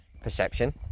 perception